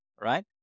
right